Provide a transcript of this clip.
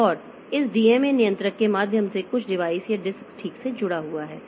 और इस डीएमए नियंत्रक के माध्यम से कुछ डिवाइस या डिस्क ठीक से जुड़ा हुआ है